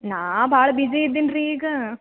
ನಾನು ಭಾಳ ಬಿಝಿ ಇದ್ದೀನಿ ರೀ ಈಗ